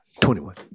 21